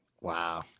wow